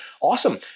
Awesome